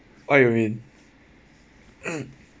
what you mean